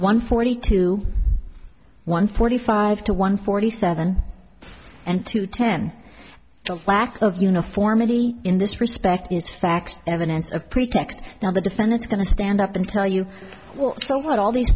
one forty two one forty five to one forty seven and to ten lack of uniformity in this respect is facts evidence of pretext now the defendant's going to stand up and tell you so what all these